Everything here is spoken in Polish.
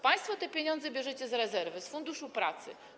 Państwo te pieniądze bierzecie z rezerwy, z Funduszu Pracy.